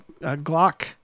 Glock